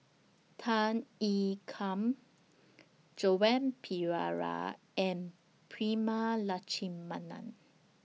Tan Ean Kiam Joan Pereira and Prema Letchumanan